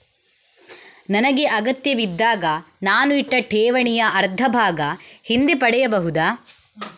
ನನಗೆ ಅಗತ್ಯವಿದ್ದಾಗ ನಾನು ಇಟ್ಟ ಠೇವಣಿಯ ಅರ್ಧಭಾಗ ಹಿಂದೆ ಪಡೆಯಬಹುದಾ?